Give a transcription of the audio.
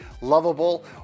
lovable